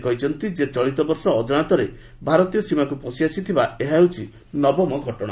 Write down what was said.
ସେ କହିଛନ୍ତି ଯେ ଚଳିତବର୍ଷ ଅକାଣତରେ ଭାରତୀୟ ସୀମାକୁ ପଶିଆସିଥିବାର ଏହା ହେଉଛି ନବମ ଘଟଣା